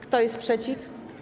Kto jest przeciw?